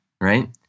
right